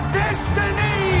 destiny